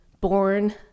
born